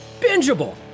bingeable